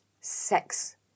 sex